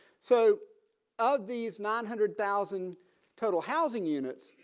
so of these nine hundred thousand total housing units.